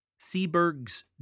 Seberg's